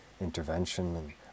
intervention